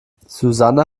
susanne